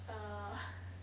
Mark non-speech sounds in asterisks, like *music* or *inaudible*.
uh *breath*